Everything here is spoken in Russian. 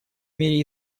мере